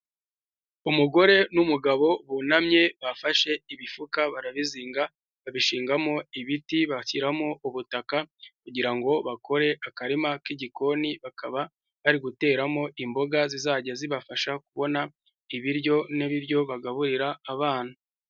Umugore n'umugabo bunamye bafashe imifuka barabizinga babishingamo ibiti bashyiramo ubutaka, kugira ngo bakore akarima k'igikoni, bakaba bari guteramo imboga zizajya zibafasha kubona ibiryo, n'ibiryo bagaburira abana.